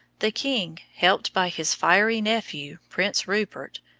the king, helped by his fiery nephew, prince rupert,